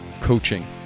coaching